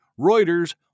Reuters